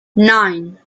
nine